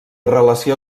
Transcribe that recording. relació